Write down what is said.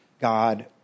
God